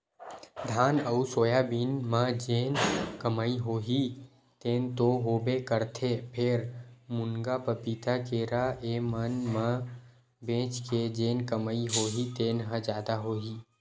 धान अउ सोयाबीन म जेन कमई होही तेन तो होबे करथे फेर, मुनगा, पपीता, केरा ए मन ल बेच के जेन कमई होही तेन ह जादा होही